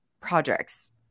projects